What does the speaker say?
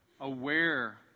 aware